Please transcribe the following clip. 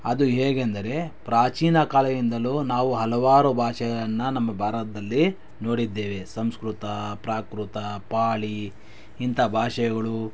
ಅದು ಹೇಗೆಂದರೆ ಪ್ರಾಚೀನ ಕಾಲದಿಂದಲೂ ನಾವು ಹಲವಾರು ಭಾಷೆಯನ್ನು ನಮ್ಮ ಭಾರತದಲ್ಲಿ ನೋಡಿದ್ದೇವೆ ಸಂಸ್ಕೃತ ಪ್ರಾಕೃತ ಪಾಲಿ ಇಂಥ ಭಾಷೆಗಳು